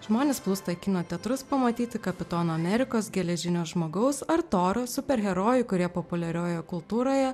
žmonės plūsta į kino teatrus pamatyti kapitono amerikos geležinio žmogaus ar toro superherojų kurie populiariojoje kultūroje